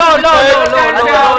ההתנהגות שלו,